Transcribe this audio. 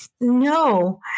No